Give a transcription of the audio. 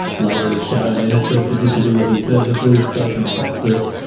labor's shadow minister for disability services, sophie cotsis,